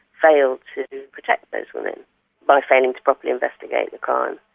failed to protect those women by failing to properly investigate the crime.